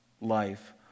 life